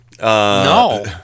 No